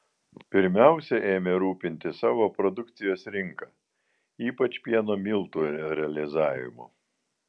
pirmiausia ėmė rūpintis savo produkcijos rinka ypač pieno miltų realizavimu